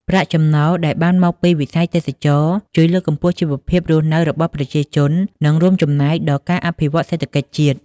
ប្រាក់ចំណូលដែលបានមកពីវិស័យទេសចរណ៍ ជួយលើកកម្ពស់ជីវភាពរស់នៅរបស់ប្រជាជន និងរួមចំណែកដល់ការអភិវឌ្ឍសេដ្ឋកិច្ចជាតិ។